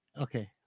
okay